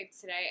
today